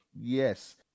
Yes